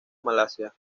malasia